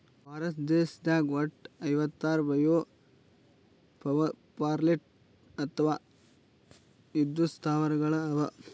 ಭಾರತ ದೇಶದಾಗ್ ವಟ್ಟ್ ಐವತ್ತಾರ್ ಬಯೊಗ್ಯಾಸ್ ಪವರ್ಪ್ಲಾಂಟ್ ಅಥವಾ ವಿದ್ಯುತ್ ಸ್ಥಾವರಗಳ್ ಅವಾ